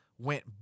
went